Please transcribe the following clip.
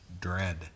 dread